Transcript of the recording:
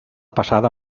passada